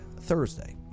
Thursday